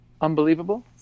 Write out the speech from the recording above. Unbelievable